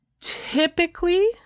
Typically